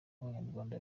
abanyarwanda